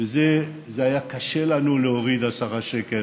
והיה קשה לנו להוריד עשרה שקלים